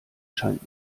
scheint